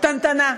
קטנטנה.